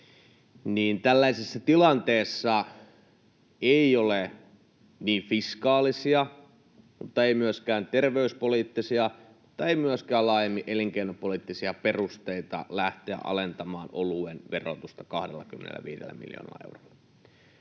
tällaisessa tilanteessa ei ole fiskaalisia mutta ei myöskään terveyspoliittisia eikä myöskään laajemmin elinkeinopoliittisia perusteita lähteä alentamaan oluen verotusta 25 miljoonalla eurolla.